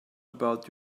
about